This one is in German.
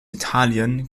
italien